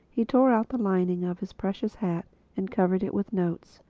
he tore out the lining of his precious hat and covered it with notes.